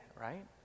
right